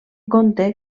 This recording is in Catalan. compte